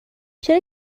چرا